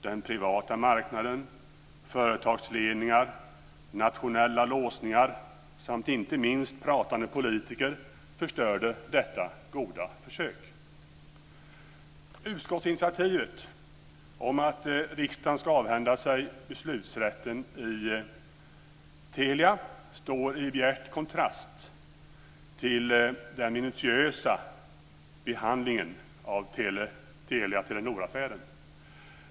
Den privata marknaden, företagsledningar, nationella låsningar samt, inte minst, pratande politiker förstörde detta goda försök. Utskottsinitiativet om att riksdagen ska avhända sig beslutsrätten i Telia står i bjärt kontrast till den minutiösa behandlingen av Telia-Telenor-affären.